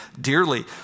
dearly